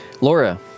Laura